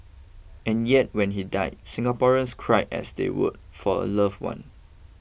and yet when he died Singaporeans cried as they would for a love one